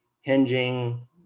hinging